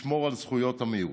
לשמור על זכויות המיעוט.